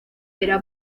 era